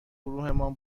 گروهمان